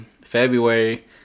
february